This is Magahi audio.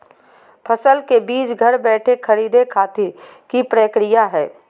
फसल के बीज घर बैठे खरीदे खातिर की प्रक्रिया हय?